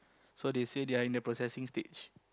so they say they are in the processing stage